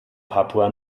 papua